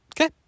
Okay